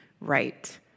right